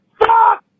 fuck